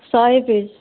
ଶହେ ପିସ୍